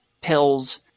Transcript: pills